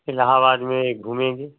इलाहाबाद में घूमेंगे